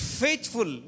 faithful